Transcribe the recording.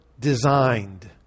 designed